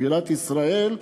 בירת ישראל.